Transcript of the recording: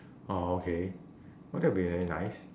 oh okay that oh that will be very nice